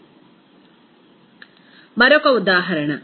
refer slide time మరొక ఉదాహరణ